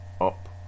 up